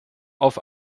auf